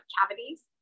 cavities